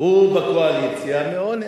הוא בקואליציה מאונס.